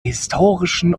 historischen